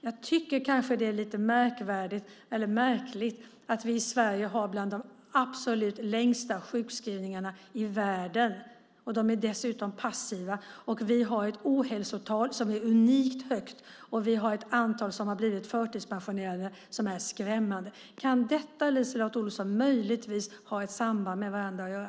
Jag tycker kanske att det är lite märkligt att vi i Sverige har bland de absolut längsta sjukskrivningarna i världen, och de är dessutom passiva. Vi har ett ohälsotal som är unikt högt, och vi har ett antal som har blivit förtidspensionerade som är skrämmande. Kan dessa saker, LiseLotte Olsson, möjligen ha med varandra att göra?